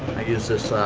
use this